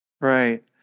right